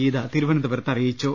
ഗീത തിരുവനന്തപു രത്ത് അറിയിച്ചു